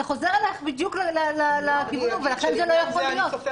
זה חוזר אליך בדיוק לכיוון ההוא ולכן זה לא יכול להיות.